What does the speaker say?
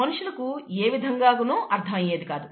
మనుషులకు ఏ విధంగానూ కూడా అర్థమయ్యేది కాదు